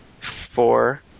four